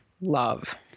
love